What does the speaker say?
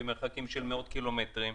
במרחקים של מאות קילומטרים,